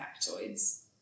factoids